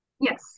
Yes